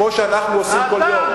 כמו שאנחנו עושים כל יום.